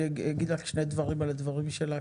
אז אני אגיד לך שני דברים על הדברים שלך,